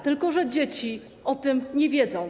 Tylko że dzieci o tym nie wiedzą.